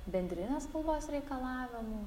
bendrinės kalbos reikalavimų